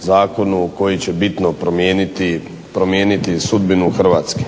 zakonu koji će bitno promijeniti sudbinu Hrvatske.